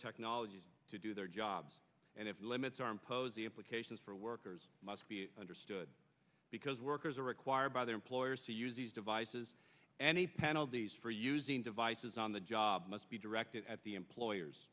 technologies to do their jobs and if limits are imposed the implications for workers must be understood because workers are required by their employers to use these devices and the penalties for using devices on the job must be directed at the employers